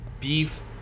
beef